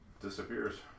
disappears